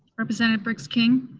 representative briggs king?